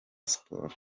siporo